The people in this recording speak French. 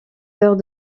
heures